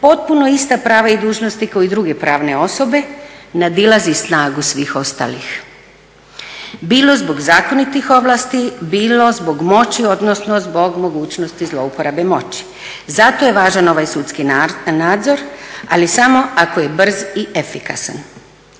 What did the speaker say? potpuno ista prava i dužnosti kao i druge pravne osobe nadilazi snagu svih ostalih bilo zbog zakonitih ovlasti, bilo zbog moći, odnosno zbog mogućnosti zlouporabe moći. Zato je važan ovaj sudski nadzor, ali samo ako je brz i efikasan.